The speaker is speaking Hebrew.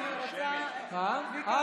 היא רוצה, צביקה, אורלי רוצה לעלות.